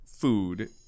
food